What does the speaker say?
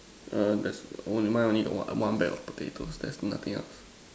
err there's only mine only got one one bag of potatoes there's nothing else